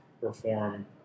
perform